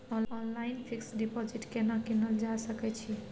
Online fix deposit केना कीनल जा सकै छी?